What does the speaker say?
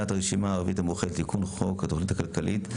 הסתייגות סיעת הרשימה הערבית המאוחדת לתיקון חוק התכנית הכלכלית.